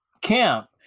camp